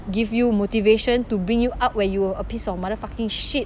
give you motivation to bring you up when you were a piece of motherfucking shit